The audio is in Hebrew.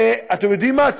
אתם יודעים מה?